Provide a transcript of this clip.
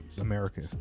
America